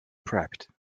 prepped